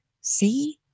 see